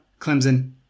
Clemson